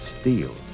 steel